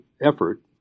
effort